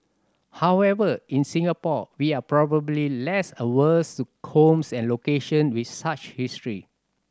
however in Singapore we are probably less averse to homes and location with such history